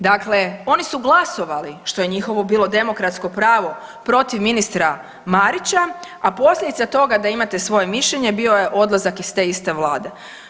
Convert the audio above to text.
Dakle, oni su glasovali, što je njihovo bilo demokratsko pravo protiv ministra Marića, a posljedica toga da imate svoje mišljenje bio je odlazak iz te iste vlade.